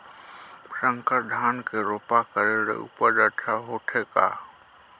संकर धान के रोपा करे ले उपज अच्छा होथे का?